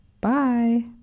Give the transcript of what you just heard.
Bye